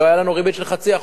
לא היתה לנו ריבית של 0.5%